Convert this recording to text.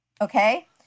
Okay